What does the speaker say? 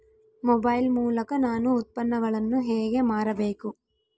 Mobile ಮೂಲಕ ನಾನು ಉತ್ಪನ್ನಗಳನ್ನು ಹೇಗೆ ಮಾರಬೇಕು?